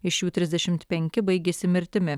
iš jų trisdešimt penki baigėsi mirtimi